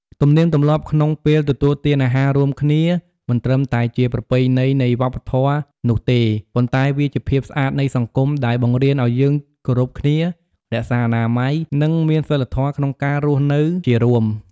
ទំនៀមទម្លាប់ក្នុងពេលទទួលទានអាហាររួមគ្នាមិនត្រឹមតែជាប្រពៃណីនៃវប្បធម៌នោះទេ ប៉ុន្តែវាជាភាពស្អាតនៃសង្គម ដែលបង្រៀនអោយយើងគោរពគ្នា រក្សាអនាម័យ និងមានសីលធម៌ក្នុងការរស់នៅជារួម។